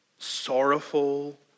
sorrowful